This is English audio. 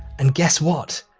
and guess what?